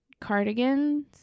cardigans